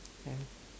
ya